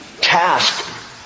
task